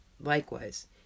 Likewise